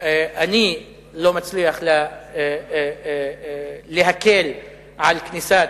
אני לא מצליח להקל על כניסת